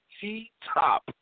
T-Top